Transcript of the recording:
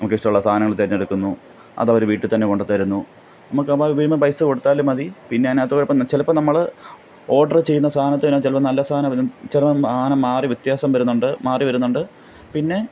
നമുക്കിഷ്ടമുള്ള സാധനങ്ങൾ തിരഞ്ഞെടുക്കുന്നു അതവർ വീട്ടിൽത്തന്നെ കൊണ്ടു തരുന്നു നമുക്കത് വരുമ്പം പൈസ കൊടുത്താലും മതി പിന്നെ അതിനകത്ത് കുഴപ്പം ചിലപ്പോൾ നമ്മൾ ഓഡർ ചെയ്യുന്ന സാധനത്തെ അതിനകത്ത് ചിലപ്പോൾ നല്ല സാധനം വരും ചിലപ്പം സാധനം മാറി വ്യത്യാസം വരുന്നുണ്ട് മാറി വരുന്നുണ്ട് പിന്നെ